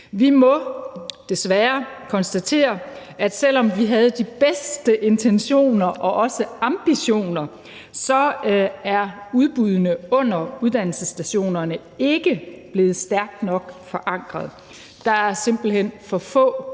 Vi må desværre konstatere, at selv om vi havde de bedste intentioner og også ambitioner, er udbuddene under uddannelsesstationerne ikke blevet stærkt nok forankret. Der er simpelt hen for få